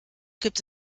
gibt